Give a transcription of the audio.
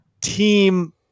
team